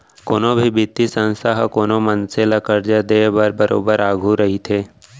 कोनो भी बित्तीय संस्था ह कोनो मनसे ल करजा देय बर बरोबर आघू रहिथे